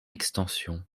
extension